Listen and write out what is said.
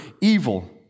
evil